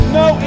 no